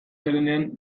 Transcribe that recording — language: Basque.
zarenean